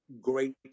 great